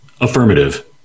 affirmative